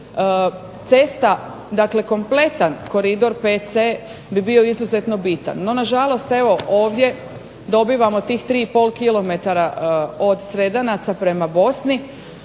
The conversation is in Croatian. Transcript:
cesta, dakle kompletan Koridor VC bi bio izuzetno bitan. No nažalost, evo ovdje dobivamo tih 3,5 km od Sredanaca prema Bosni